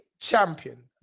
champion